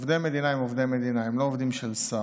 עובדי המדינה הם עובדי מדינה, הם לא עובדים של שר.